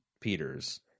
Peters